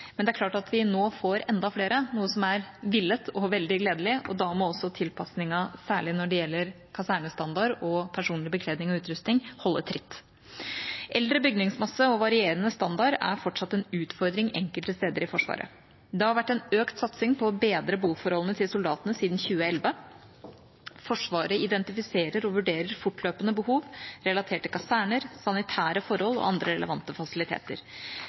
Men det er klart at vi nå får enda flere, noe som er villet og veldig gledelig. Da må også tilpasningen, særlig når det gjelder kasernestandard og personlig bekledning og utrustning, holde tritt. Eldre bygningsmasse og varierende standard er fortsatt en utfordring enkelte steder i Forsvaret. Det har vært økt satsing på å bedre boforholdene til soldatene siden 2011. Forsvaret identifiserer og vurderer fortløpende behov relatert til kaserner, sanitære forhold og andre relevante fasiliteter.